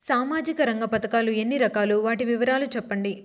సామాజిక రంగ పథకాలు ఎన్ని రకాలు? వాటి వివరాలు సెప్పండి